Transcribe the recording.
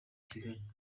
kigali